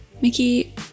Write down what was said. Mickey